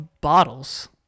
bottles